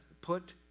put